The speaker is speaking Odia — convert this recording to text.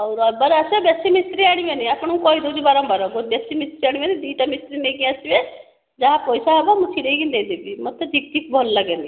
ହଉ ରବିବାର ଆସ ବେଶୀ ମିସ୍ତ୍ରୀ ଆଣିବେନି ଆପଣଙ୍କୁ କହିଦେଉଛି ବାରମ୍ବାର ବେଶୀ ମିସ୍ତ୍ରୀ ଆଣିବେନି ଦୁଇଟା ମିସ୍ତ୍ରୀ ନେଇକି ଆସିବେ ଯାହା ପଇସା ହେବ ମୁଁ ଛିଡ଼େଇକି ଦେଇଦେବି ମୋତେ ଚିକ୍ ଚିକ୍ ଭଲ ଲାଗେନି